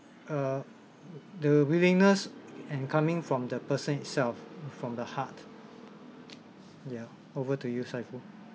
err the willingness and coming from the person itself from the heart ya over to you saiful